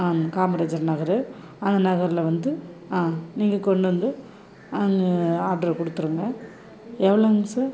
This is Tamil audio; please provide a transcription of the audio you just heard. ஆ காமராஜர் நகர் அந்த நகரில் வந்து ஆ நீங்கள் கொண்டு வந்து அங்கே ஆட்ரை கொடுத்துருங்க எவ்வளோங்க சார்